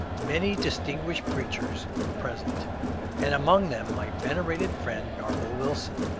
many distin guished preachers were present and among them my venerated friend nerval wilson.